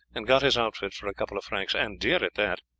and got his outfit for a couple of francs, and dear at that.